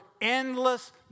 endless